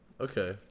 Okay